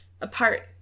apart